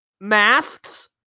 masks